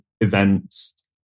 events